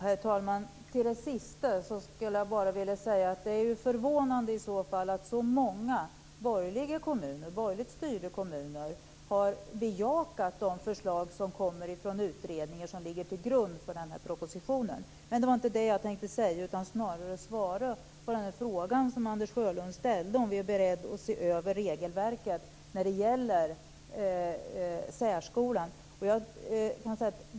Herr talman! När det gäller det sista är det i så fall förvånande att så många borgerligt styrda kommuner har bejakat de förslag som kommer från de utredningar som ligger till grund för propositionen. Men det var inte det jag tänkte säga, utan jag tänkte snarare svara på den fråga som Anders Sjölund ställde. Är vi beredda att se över regelverket när det gäller särskolan?